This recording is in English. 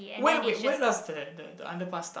where wait where does the the the underpass start